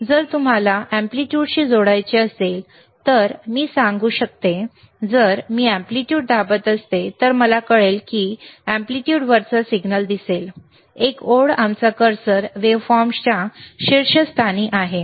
तर जर तुम्हाला एम्पलीट्यूडशी जोडायचे असेल तर मी सांगू जर मी एम्पलीट्यूड दाबत असतो तर मला कळेल की एम्पलीट्यूड वरचा सिग्नल दिसेल एक ओळ आमचा कर्सर वेव्हफॉर्मच्या शीर्षस्थानी आहे